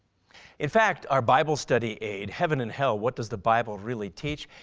in fact our bible study aid heaven and hell what does the bible really teach?